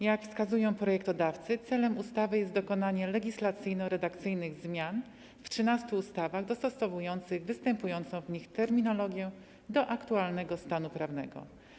Jak wskazują projektodawcy, celem ustawy jest dokonanie legislacyjno-redakcyjnych zmian w 13 ustawach dostosowujących występującą w nich terminologię do aktualnego stanu prawnego.